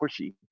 pushy